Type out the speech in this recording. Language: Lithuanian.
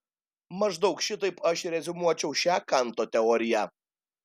maždaug šitaip aš reziumuočiau šią kanto teoriją